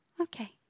Okay